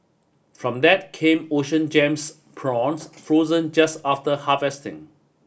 from that came Ocean Gems prawns frozen just after harvesting